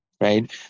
right